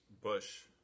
Bush